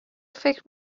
فکر